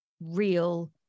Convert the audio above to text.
real